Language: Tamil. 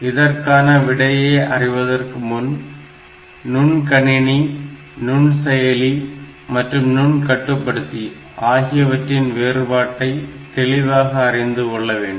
இதற்கான விடையை அறிவதற்கு முன் நுண்கணினி நுண்செயலி மற்றும் நுண்கட்டுப்பாடு ஆகியவற்றின் வேறுபாட்டை தெளிவாக அறிந்து கொள்ள வேண்டும்